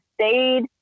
stayed